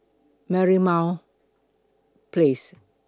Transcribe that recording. Merlimau Place